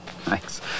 Thanks